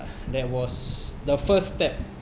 that was the first step